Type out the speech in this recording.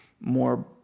more